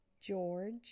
George